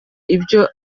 ibyo